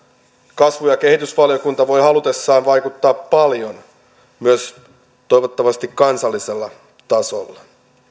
kasvu ja kehitysvaliokunta voi halutessaan vaikuttaa paljon toivottavasti myös kansallisella tasolla